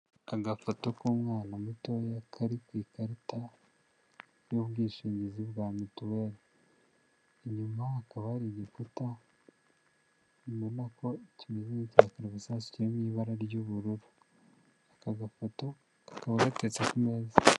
Agafoto k'umwana mutoya kari ku ikarita y'ubwishingizi bwa Mituweli, inyuma hakaba hari igikuta ubona ko kimeze nk'icya kabarasasa kiri mu ibara ry'ubururu, aka gafoto kakaba gateretse ku meza.